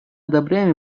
одобряем